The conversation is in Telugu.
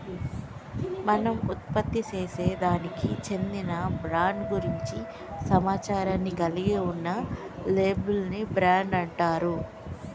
మనం ఉత్పత్తిసేసే దానికి చెందిన బ్రాండ్ గురించి సమాచారాన్ని కలిగి ఉన్న లేబుల్ ని బ్రాండ్ అంటారు